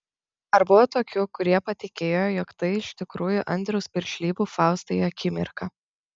ar buvo tokių kurie patikėjo jog tai iš tikrųjų andriaus piršlybų faustai akimirka